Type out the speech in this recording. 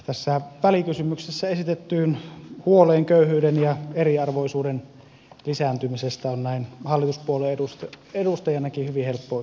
tässä välikysymyksessä esitettyyn huoleen köyhyyden ja eriarvoisuuden lisääntymisestä on näin hallituspuolueen edustajanakin hyvin helppo yhtyä